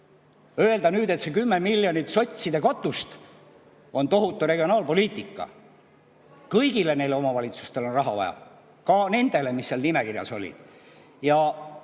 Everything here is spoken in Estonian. Öelda nüüd, et see 10 miljonit sotside katust on tohutu regionaalpoliitika ... Kõigile omavalitsustele on raha vaja, ka nendele, mis seal nimekirjas olid.